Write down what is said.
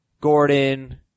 Gordon